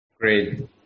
great